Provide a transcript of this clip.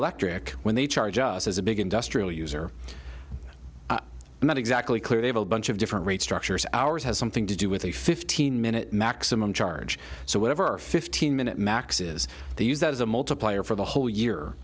electric when they charge us as a big industrial user and not exactly clear they have a bunch of different rate structures ours has something to do with a fifteen minute maximum charge so whatever fifteen minute max is the use that is a multiplier for the whole year